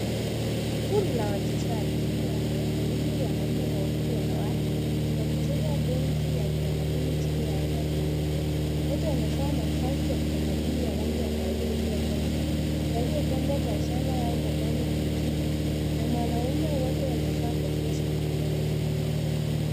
Kundi la wachezaji wanne, wawili wanaume na wawili wanawake wakicheza dance ya kitamaduni chini ya hema jeupe. Wote wamevaa mavazi ya kitamaduni ya rangi ya kahawia iliyokozwa yaliyopambwa kwa shanga au mapambo mengine na mwanaume wote wamevaa kofia za manyoya.